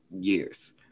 years